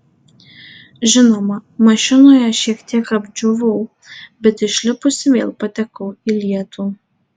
žinoma mašinoje šiek tiek apdžiūvau bet išlipusi vėl patekau į lietų